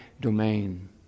domain